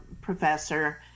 professor